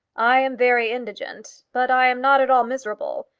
i am very indigent, but i am not at all miserable.